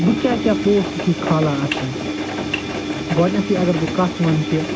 بہٕ کیٚاہ کیٚاہ پوسٹ چھُس کھالان اتھ پٮ۪ٹھ گۄڈٕنیتھے اگر بہٕ کتھ ونہٕ کہِ